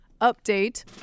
update